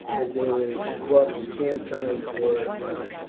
but there is but scant time for it now.